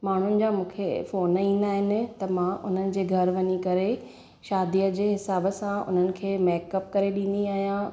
माण्हुनि जा मूंखे फ़ोन ईंदा आहिनि त मां हुनजे घर वञी करे शादीअ जे हिसाबु सां उन्हनि खे मेकअप करे ॾींदी आहियां